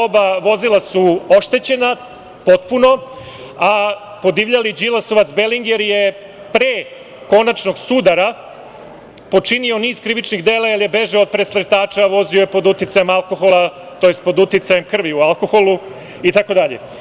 Oba vozila su oštećena potpuno a podivljali Đilasovac Belinger je pre konačnog sudara počinio niz krivičnih dela jer je bežao od presretača, vozio je pod uticajem alkohola, tj. pod uticajem krvi u alkoholu itd.